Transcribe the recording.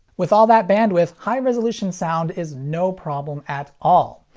with all that bandwidth, high-resolution sound is no problem at all.